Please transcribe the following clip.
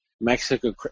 Mexico